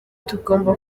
tugomba